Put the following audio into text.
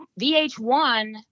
VH1